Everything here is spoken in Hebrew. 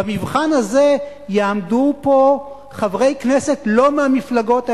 במבחן הזה יעמדו פה חברי כנסת לא מהמפלגות האלה,